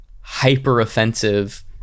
hyper-offensive